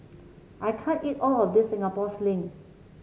I can't eat all of this Singapore Sling